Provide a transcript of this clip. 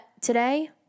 today